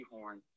Horn